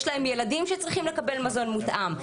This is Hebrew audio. יש להם ילדים שצריכים לקבל מזון מותאם,